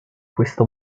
questo